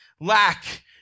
Lack